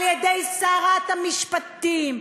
על-ידי שרת המשפטים,